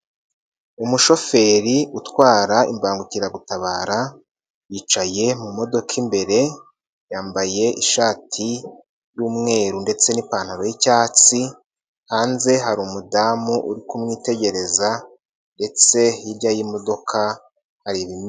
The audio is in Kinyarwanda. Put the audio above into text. Umushoferi utwara imbangukiragutabara yicaye mu modoka imbere yambaye ishati y'umweru ndetse n'ipantaro y'icyatsi, hanze hari umudamu uri kumwitegereza ndetse hirya y'imodoka hari.